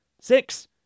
Six